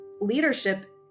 leadership